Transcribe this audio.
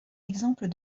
exemple